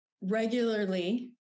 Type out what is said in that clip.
regularly